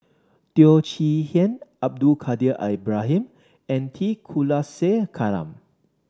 Teo Chee Hean Abdul Kadir Ibrahim and T Kulasekaram